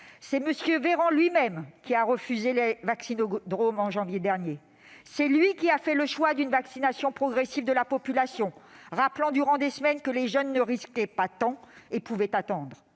C'est M. Olivier Véran, lui-même, qui a refusé les vaccinodromes en janvier dernier. C'est lui qui a fait le choix d'une vaccination progressive de la population, rappelant durant des semaines que les jeunes ne risquaient pas tant et pouvaient attendre.